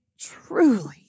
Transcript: truly